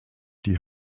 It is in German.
die